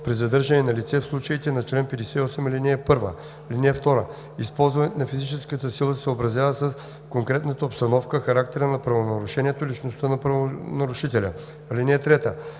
при задържане на лице в случаите по чл. 58, ал. 1. (2) Използването на физическа сила се съобразява с конкретната обстановка, характера на правонарушението и личността на правонарушителя. (3)